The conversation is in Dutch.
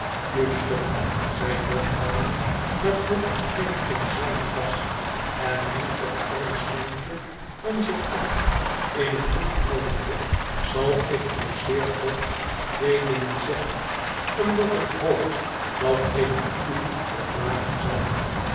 schurk zei john harmon met nog een greep in zijne das en hem op armslengte van zich af ineen hoek houdende izal ik nog zeer kort twee dingen zeggen omdat ik hoop dat ik eru door plagen zal